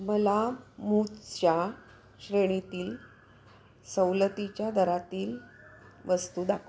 मला मूजच्या श्रेणीतील सवलतीच्या दरातील वस्तू दाखवा